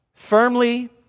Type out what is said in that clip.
Firmly